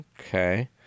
Okay